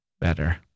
better